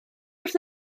wrth